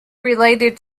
related